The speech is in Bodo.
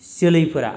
जोलैफोरा